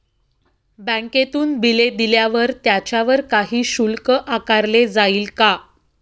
बँकेतून बिले दिल्यावर त्याच्यावर काही शुल्क आकारले जाईल का?